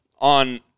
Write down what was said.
on